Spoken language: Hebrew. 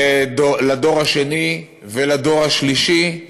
לדור השני ולדור השלישי: